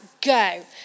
Go